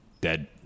dead